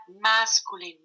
masculine